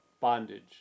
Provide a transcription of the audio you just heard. bondage